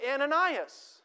Ananias